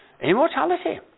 immortality